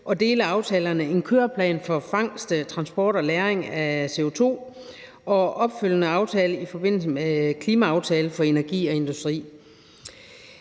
og dele af aftalerne »En køreplan for fangst, transport og lagring af CO2« og »Opfølgende aftale ifm. Klimaaftale for energi og industri